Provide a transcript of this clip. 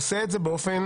עושה את זה באופן